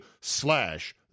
slash